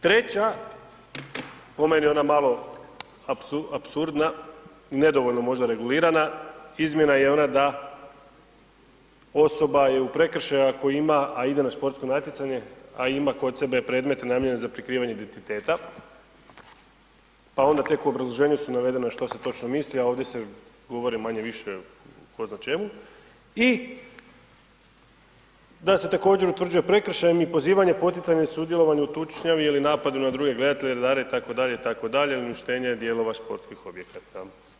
Treća, po meni ona malo apsurdna, nedovoljno možda regulirana izmjena je ona da osoba je u prekršaju ako ima, a ide na športsko natjecanje, a ima kod sebe predmet namijenjen za prikrivanje identiteta pa onda tek u obrazloženju su navedeno što se točno misli, a ovdje se govori manje-više o tko zna čemu i da se također, utvrđuje prekršajem i pozivanje i poticanje sudjelovanje u tučnjavi ili napadu na druge gledatelje, redare, itd., itd. uništenje dijelova športskih objekata.